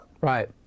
Right